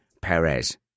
Perez